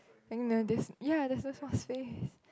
like the this ya there this much space